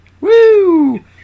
Woo